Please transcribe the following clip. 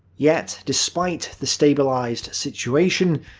yet, despite the stabilized situation,